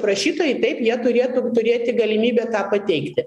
prašytojai taip jie turėtų turėti galimybę tą pateikti